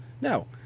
No